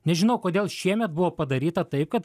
nežinau kodėl šiemet buvo padaryta taip kad